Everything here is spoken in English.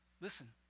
Listen